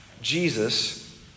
Jesus